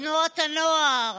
תנועות הנוער,